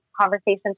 conversations